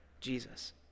Jesus